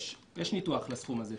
יש ניתוח לסכום הזה,